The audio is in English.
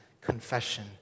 confession